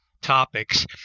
topics